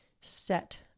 set